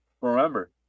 Remember